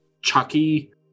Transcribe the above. Chucky